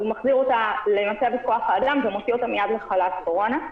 הוא מחזיר אותה למצבת כוח האדם ומוציא אותה מיד לחל"ת קורונה.